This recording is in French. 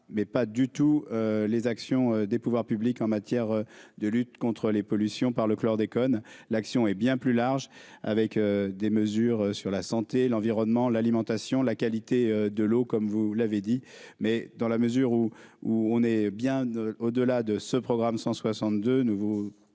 mais pas du tout les actions des pouvoirs publics en matière de lutte contre les pollutions par le chlordécone, l'action est bien plus large, avec des mesures sur la santé, l'environnement, l'alimentation, la qualité de l'eau, comme vous l'avez dit, mais dans la mesure où où on est bien au-delà de ce programme 162